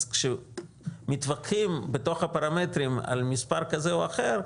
אז כשמתווכחים בתוך הפרמטרים על מספר כזה או אחר,